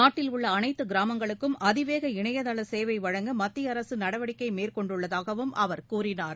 நாட்டில் உள்ள அனைத்து கிராமங்களுக்கும் அதிவேக இணையதள சேவை வழங்க மத்திய அரசு நடவடிக்கை மேற்கொண்டுள்ளதாகவும் அவர் கூறினார்